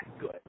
good